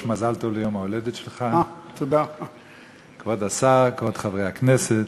השר, כבוד חברי הכנסת,